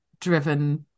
driven